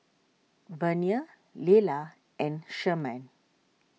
Vernia Lela and Sherman